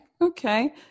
Okay